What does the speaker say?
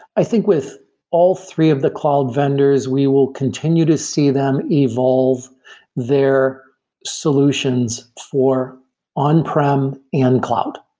i think with all three of the cloud vendors, we will continue to see them evolve their solutions for on-prem and cloud.